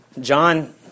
John